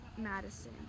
Madison